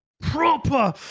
proper